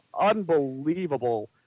unbelievable